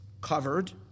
covered